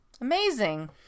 Amazing